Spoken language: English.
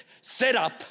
setup